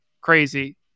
crazy